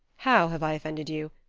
how have i offended you?